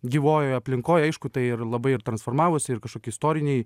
gyvojoj aplinkoj aišku tai labai ir transformavosi ir kažkokie istoriniai